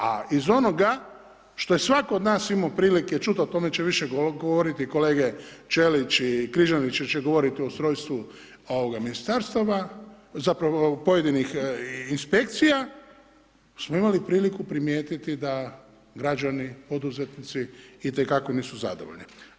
A iz onoga što je svako od nas imao prilike čuti, o tome će više govoriti kolege Ćelić i Križanić jer će govoriti o ustrojstvu ministarstava, zapravo pojedinih inspekcija smo imali priliku primijetiti da građani, poduzetnici itekako oni su zadovoljni.